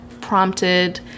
prompted